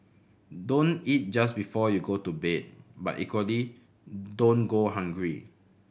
don't eat just before you go to bed but equally don't go hungry